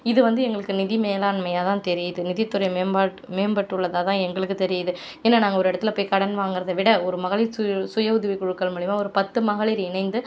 இது வந்து எங்களுக்கு நிதி மேலாண்மையாக தான் தெரியுது நிதித்துறை மேம்பாடு மேம்பட்டுள்ளதாக தான் எங்களுக்கு தெரியுது ஏன்னால் நாங்கள் ஒரு இடத்துல போய் கடன் வாங்குகிறத விட ஒரு மகளிர் சுய சுய உதவிக் குழுக்கள் மூலிமா ஒரு பத்து மகளிர் இணைந்து